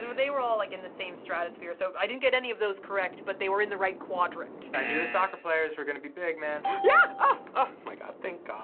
they were they were all like in the same stratosphere, so i didn't get any of those correct, but they were in the right quadrant. i knew the soccer players were gonna be big, man. yeah! ah my god, thank god.